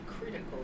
critical